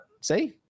see